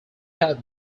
had